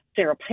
Sarah